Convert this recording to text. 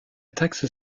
taxe